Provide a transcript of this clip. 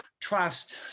trust